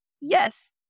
Yes